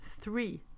three